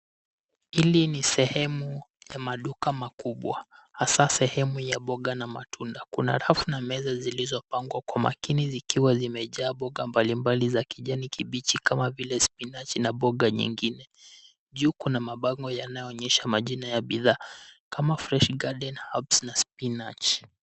Hili sehemu ya maduka makubwa hasa sehemu ya mboga na matunda. Kuna rafu na meza zilizopangwa kwa makini zikiwa zimejaa mboga mbalimbali za kijani kibichi kama vile spinachi na mboga nyingine. Juu kuna mabango yanayo onyesha majina ya bidhaa kama fresh garden herbs na spinachi.